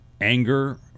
anger